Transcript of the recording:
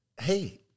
hey